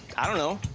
i don't know,